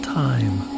time